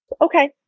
okay